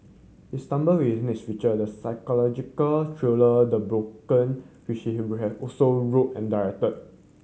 he stumble with his next feature the psychological thriller The Broken which he also wrote and directed